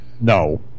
No